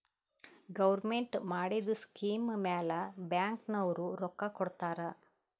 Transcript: government ಮಾಡಿದು scheme ಮ್ಯಾಲ bank ನವ್ರು ರೊಕ್ಕಾ ಕೊಡ್ತಾರ್